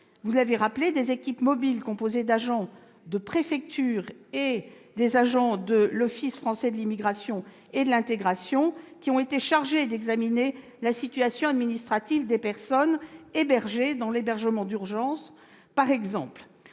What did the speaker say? Vous l'avez rappelé, des équipes mobiles composées d'agents de préfectures et d'agents de l'Office français de l'immigration et de l'intégration ont été chargées d'examiner la situation administrative des personnes accueillies dans les centres d'hébergement d'urgence, ainsi que